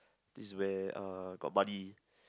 this where uh got buddy